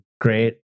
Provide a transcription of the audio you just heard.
great